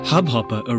Hubhopper